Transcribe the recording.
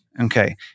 Okay